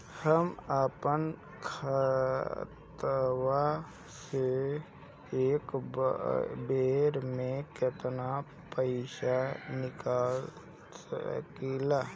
हम आपन खतवा से एक बेर मे केतना पईसा निकाल सकिला?